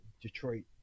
Detroit